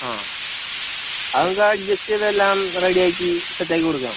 ആ അതു നമുക്കഡ്ജസ്റ്റെയ്തെല്ലാം റെഡിയാക്കി സെറ്റാക്കിക്കൊടുക്കാം